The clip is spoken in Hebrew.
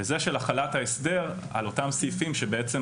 וזה של החלת ההסדר על אותם סעיפים שבעצם